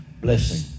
blessing